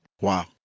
Wow